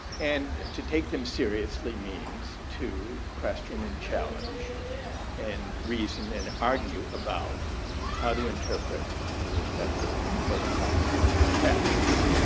and to take them seriously means, to question and challenge and reason and argue about how to interpret the respective philosophical texts.